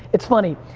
it's funny,